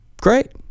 Great